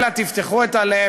אלא, תפתחו את הלב.